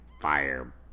Fire